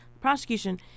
Prosecution